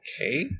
Okay